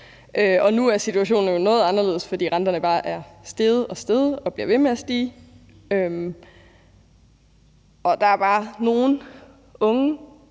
nu er situationen jo noget anderledes, fordi renterne bare er steget og steget og bliver ved med at stige. Der er bare nogle unge,